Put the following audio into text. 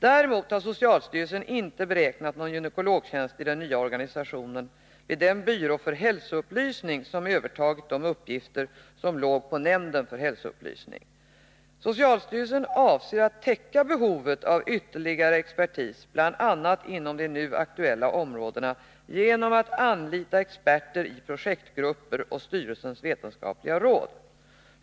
Däremot har socialstyrelsen inte beräknat någon gynekologtjänst i den nya organisationen vid den byrå för hälsoupplysning som övertagit de uppgifter som legat på nämnden för hälsoupplysning — den s.k. H-nämnden. Socialstyrelsen avser att täcka behovet av ytterligare expertis bl.a. inom de nu aktuella områdena genom att anlita experter i projektgrupper och styrelsens vetenskapliga råd.